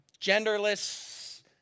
genderless